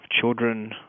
children